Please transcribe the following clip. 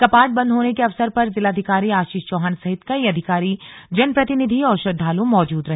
कपाट बंद होने के अवसर पर जिलाधिकारी आशीष चौहन सहित कई अधिकारी जनप्रतिनिधि और श्रद्धालु मौजूद रहे